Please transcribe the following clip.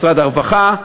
משרד הרווחה,